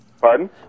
Pardon